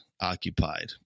occupied